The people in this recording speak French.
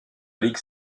ligue